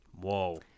Whoa